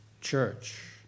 church